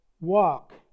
walk